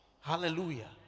hallelujah